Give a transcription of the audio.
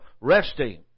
resting